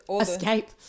escape